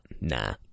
nah